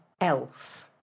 else